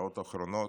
בשעות האחרונות,